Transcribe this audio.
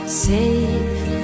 safe